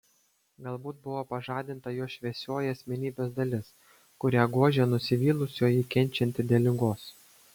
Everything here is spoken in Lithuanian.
galbūt buvo pažadinta jos šviesioji asmenybės dalis kurią gožė nusivylusioji kenčianti dėl ligos